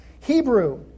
Hebrew